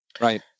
right